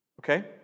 okay